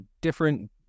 different